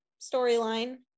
storyline